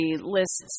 lists